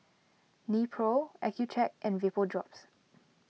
Nepro Accucheck and Vapodrops